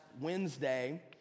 Wednesday